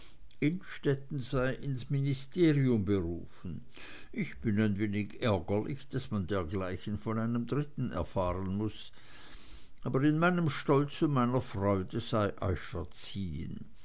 innstetten sei ins ministerium berufen ich bin ein wenig ärgerlich daß man dergleichen von einem dritten erfahren muß aber in meinem stolz und meiner freude sei euch verziehen